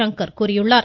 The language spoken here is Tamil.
சங்கர் கூறியுள்ளார்